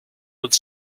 with